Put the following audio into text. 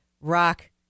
rock